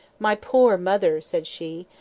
my poor mother! said she.